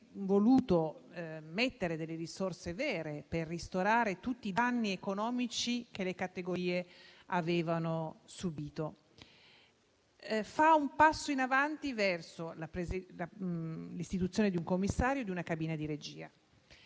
volute mettere delle risorse vere per ristorare tutti i danni economici che le categorie hanno subito; esso fa un passo in avanti verso l'istituzione di un commissario e di una cabina di regia.